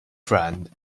friend